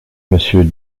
monsieur